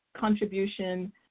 contribution